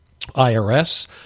IRS